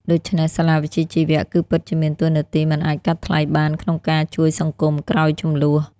ដូច្នេះសាលាវិជ្ជាជីវៈ គឺពិតជាមានតួនាទីមិនអាចកាត់ថ្លៃបានក្នុងការជួយសង្គមក្រោយជម្លោះ។